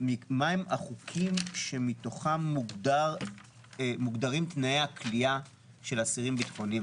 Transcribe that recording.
מהם החוקים שמתוכם מוגדרים תנאי הכליאה של אסירים ביטחוניים?